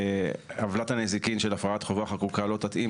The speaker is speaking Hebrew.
עוולת הנזיקין של הפרת חובה חקוקה לא תתאים